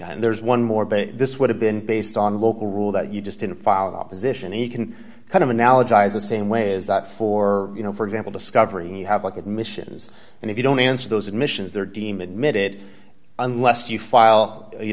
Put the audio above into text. and there's one more but this would have been based on local rule that you just didn't follow the opposition and you can kind of analogize the same way is that for you know for example discovering you have like admissions and if you don't answer those admissions there d m and mit it unless you file you